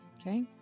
Okay